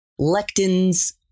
lectins